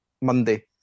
Monday